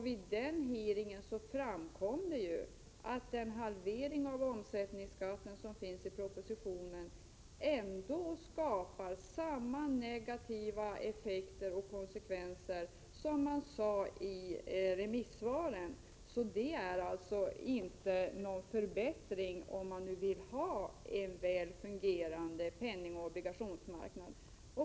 Vid denna hearing framkom det att omsättningsskatten även efter den halvering som föreslås i propositionen får samma negativa effekter och konsekvenser som man sade i remissvaren. Det är alltså inte någon förbättring, om man nu vill ha en väl fungerande penningoch obligationsmarknad.